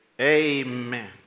amen